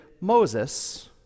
Moses